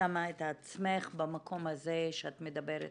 שמה את עצמך במקום הזה שאת מדברת